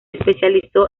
especializó